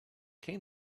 came